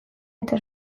eta